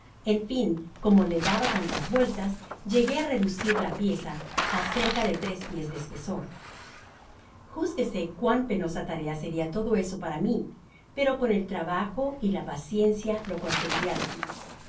en fin como le daba tantas vueltas llegaba á reducir la pieza á cerca de tres pies de espesor júzguese cuán penosa tarea seria todo eso para mi pero con el trabajo y la paciencia lo conseguia al fia